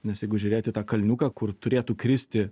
nes jeigu žiūrėti į tą kalniuką kur turėtų kristi